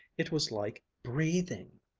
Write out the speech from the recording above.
it was like breathing.